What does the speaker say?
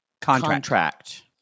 contract